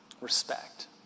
respect